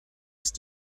ist